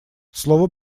слово